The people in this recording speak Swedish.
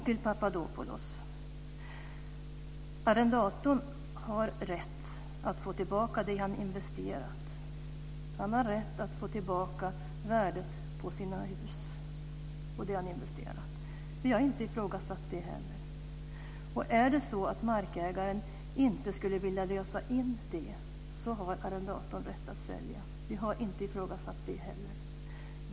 Till Papadopoulos vill jag säga att arrendatorn har rätt att få tillbaka det han har investerat. Han har rätt att få tillbaka värdet på sina hus och det han har investerat. Vi har inte ifrågasatt det heller. Är det så att markägaren inte skulle vilja lösa in detta, har arrendatorn rätt att sälja. Vi har inte ifrågasatt det heller.